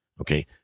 Okay